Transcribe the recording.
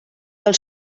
del